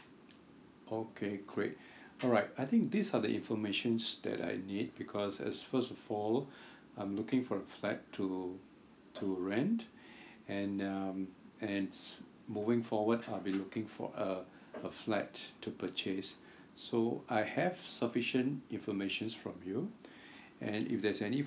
okay great alright I think these are the information that I need because as first of all I'm looking for a flat to to rent and um and moving forward I'll be looking for uh a flat to purchase so I have sufficient information from you and if there's any